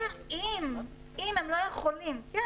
אם הם לא יכולים --- איזו הוראת שעה?